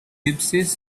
gypsies